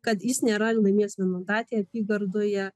kad jis nėra laimėjęs vienmandatėje apygardoje